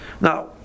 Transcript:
Now